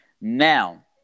Now